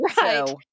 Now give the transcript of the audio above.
Right